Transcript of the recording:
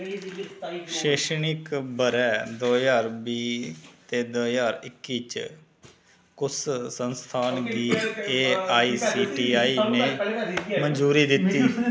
शैक्षणिक ब'रे दो ज्हार बीह् ते दो ज्हार इक्की च कुस संस्थान गी A I C T E ने मंजूरी दित्ती